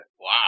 Wow